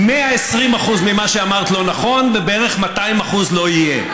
120% ממה שאמרת לא נכון, ובערך 200% לא יהיה.